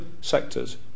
sectors